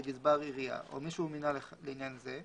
גזבר עירייה או מי שהוא מינה לעניין זה,